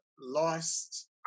lost